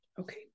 Okay